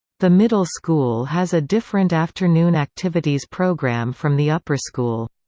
the middle school has a different afternoon activities program from the upper school.